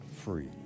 free